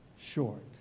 short